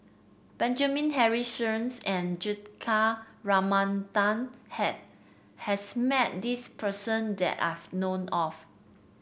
Benjamin Henry Sheares and Juthika Ramanathan has met this person that I know of